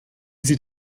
sie